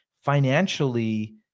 financially